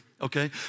okay